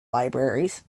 libraries